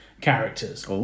characters